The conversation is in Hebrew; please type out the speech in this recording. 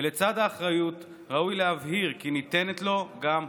ולצד האחריות ראוי להבהיר כי ניתנת לו גם הסמכות.